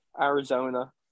Arizona